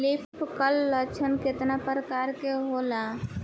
Leaf curl लक्षण केतना परकार के होला?